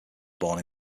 born